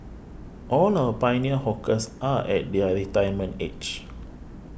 all our pioneer hawkers are at their retirement age